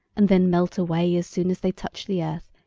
and then melt away as soon as they touch the earth,